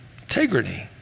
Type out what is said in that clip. integrity